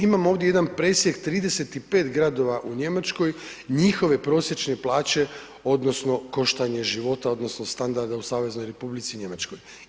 Imam ovdje jedan presjek 35 gradova u Njemačkoj, njihove prosječne plaće odnosno koštanje života odnosno standarda u Saveznoj Republici Njemačkoj.